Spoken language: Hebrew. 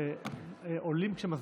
עולים כשמזמינים.